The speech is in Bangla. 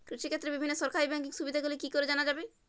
কৃষিক্ষেত্রে বিভিন্ন সরকারি ব্যকিং সুবিধাগুলি কি করে জানা যাবে?